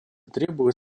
требует